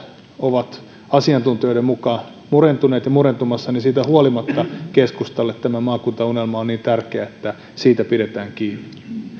ovat asiantuntijoiden mukaan murentuneet ja murentumassa niin siitä huolimatta keskustalle tämä maakuntaunelma on niin tärkeä että siitä pidetään kiinni